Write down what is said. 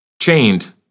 chained